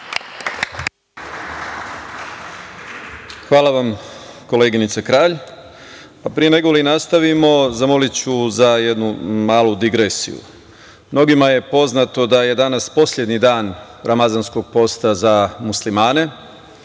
Hvala vam, koleginice Kralj. Pre negoli nastavimo, zamoliću za jednu malu digresiju. Mnogima je poznato da je danas poslednji dan ramazanskog posta za muslimane.